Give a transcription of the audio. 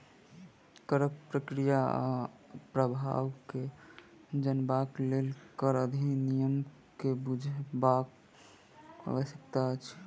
करक प्रक्रिया आ प्रभाव के जनबाक लेल कर अधिनियम के बुझब आवश्यक अछि